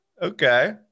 Okay